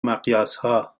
مقیاسها